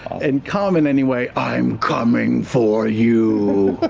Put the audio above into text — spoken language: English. and common, anyway, i'm coming for you!